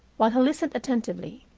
while he listened attentively.